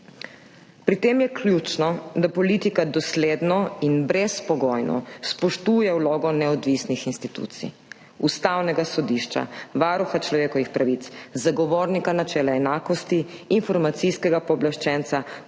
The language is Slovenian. Pri tem je ključno, da politika dosledno in brezpogojno spoštuje vlogo neodvisnih institucij – Ustavnega sodišča, Varuha človekovih pravic, Zagovornika načela enakosti, Informacijskega pooblaščenca,